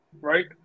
right